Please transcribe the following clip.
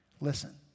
Listen